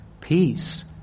peace